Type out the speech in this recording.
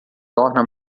torna